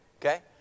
okay